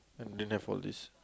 I didn't have all these